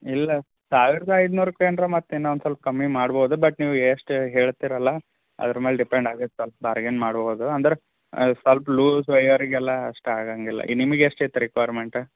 ಇಲ್ಲ ಸಾವಿರದ ಐದುನೂರು ರುಪಾಯಿ ಅಂದ್ರೆ ಮತ್ತು ಇನ್ನೊಂದು ಸ್ವಲ್ಪ ಕಮ್ಮಿ ಮಾಡ್ಬೋದು ಬಟ್ ನೀವು ಎಷ್ಟು ಹೇಳ್ತೀರಲ್ಲ ಅದ್ರ ಮೇಲೆ ಡೆಪೆಂಡಾಗುತ್ತೆ ಸ್ವಲ್ಪ ಬಾರ್ಗೈನ್ ಮಾಡ್ಬೋದು ಅಂದ್ರೆ ಸ್ವಲ್ಪ ಲೂಸ್ ಒಯ್ಯೊರಿಗೆಲ್ಲ ಅಷ್ಟು ಆಗೊಂಗಿಲ್ಲ ನಿಮ್ಗೆ ಎಷ್ಟಿತ್ತು ರಿಕ್ವಾಯ್ರ್ಮೆಂಟ್